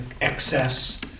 excess